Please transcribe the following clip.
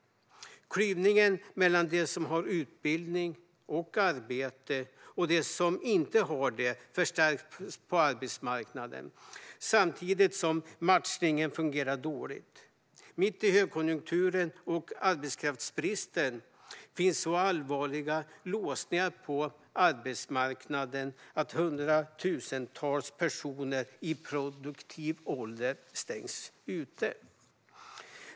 Klyvningen mellan de som har utbildning och arbete och de som inte har det förstärks på arbetsmarknaden samtidigt som matchningen fungerar dåligt. Mitt i högkonjunkturen och arbetskraftsbristen finns så allvarliga låsningar på arbetsmarknaden att hundratusentals personer i produktiv ålder stängs ute.